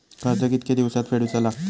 कर्ज कितके दिवसात फेडूचा लागता?